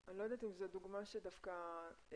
אני לא יודעת אם זו דוגמה שהיא דווקא נכונה.